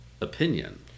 opinion